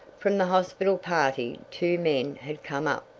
from the hospital party two men had come up,